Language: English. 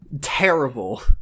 Terrible